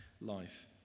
life